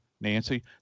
nancy